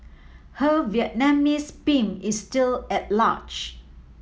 her Vietnamese pimp is still at large